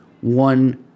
one